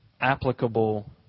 applicable